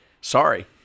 sorry